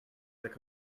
their